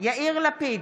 יאיר לפיד,